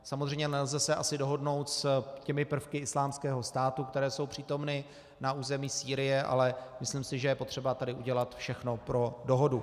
Samozřejmě nelze se asi dohodnout s těmi prvky Islámského státu, které jsou přítomny na území Sýrie, ale myslím si, že je potřeba tady udělat všechno pro dohodu.